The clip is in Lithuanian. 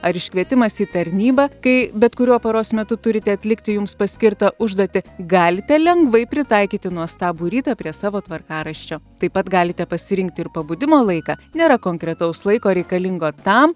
ar iškvietimas į tarnybą kai bet kuriuo paros metu turite atlikti jums paskirtą užduotį galite lengvai pritaikyti nuostabų rytą prie savo tvarkaraščio taip pat galite pasirinkti ir pabudimo laiką nėra konkretaus laiko reikalingo tam